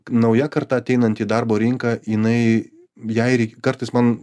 nauja karta ateinanti į darbo rinką jinai jai reikia kartais man